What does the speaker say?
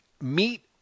meet